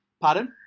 pardon